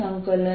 IJ